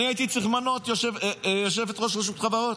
אני הייתי צריך למנות יושבת-ראש רשות חברות.